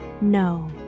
No